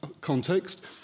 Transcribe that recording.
context